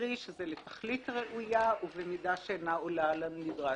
קרי שזה לתכלית ראויה ובמידה שאינה עולה על הנדרש.